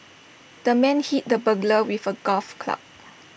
the man hit the burglar with A golf club